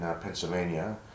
Pennsylvania